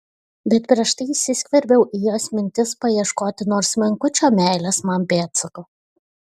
bet prieš tai įsiskverbiau į jos mintis paieškoti nors menkučio meilės man pėdsako